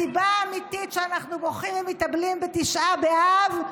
הסיבה האמיתית שאנחנו בוכים ומתאבלים בתשעה באב,